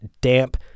damp